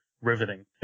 riveting